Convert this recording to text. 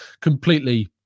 Completely